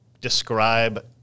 describe